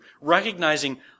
recognizing